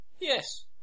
Yes